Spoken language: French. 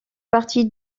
partie